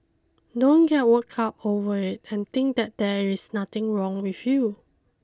don't get worked up over it and think that there is nothing wrong with you